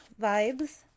vibes